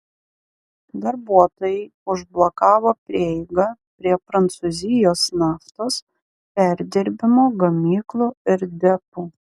darbuotojai užblokavo prieigą prie prancūzijos naftos perdirbimo gamyklų ir depų